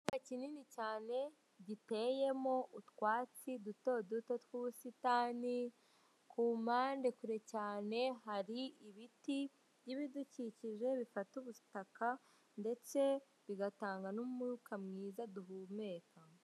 ikibuga kinini cyane giteyemo utwatsi duto duto tw'ubusitani, ku impande kure cyane hari ibiti by'ibidukikije bifata ubutaka, ndetse bigatanga n'umwuka mwiza duhumeka.